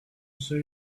say